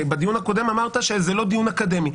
בדיון הקודם אמרת שזה לא דיון אקדמי,